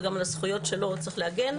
וגם על הזכויות שלו צריך להגן.